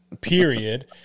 period